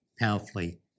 powerfully